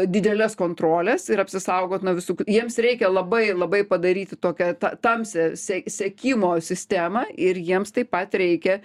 didelės kontrolės ir apsisaugot nuo visų kit jiems reikia labai labai padaryti tokią ta tamsią se sekimo sistemą ir jiems taip pat reikia